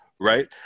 right